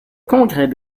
congrès